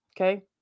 Okay